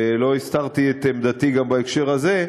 ולא הסתרתי את עמדתי גם בהקשר הזה: